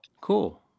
Cool